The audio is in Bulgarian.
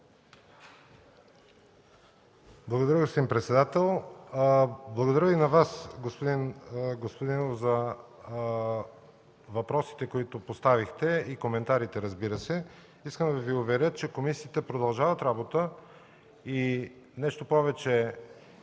Благодаря, господин председател. Благодаря и на Вас, господин Господинов, за въпросите, които поставихте и коментарите, които направихте. Искам да Ви уверя, че комисиите продължават работа. Нещо повече,